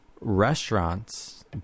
restaurants